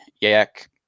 yak